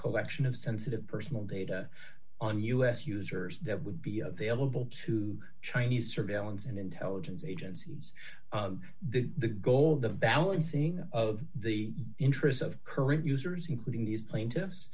collection of sensitive personal data on u s users that would be available to chinese surveillance and intelligence agencies the goal of the balancing of the interests of current users including these plaintiffs